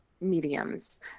mediums